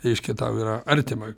reiškia tau yra artima